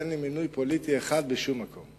אין לי מינוי פוליטי אחד בשום מקום.